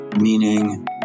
meaning